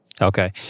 Okay